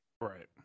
right